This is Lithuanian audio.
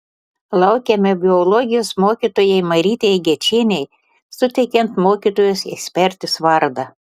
laukiame biologijos mokytojai marytei gečienei suteikiant mokytojos ekspertės vardą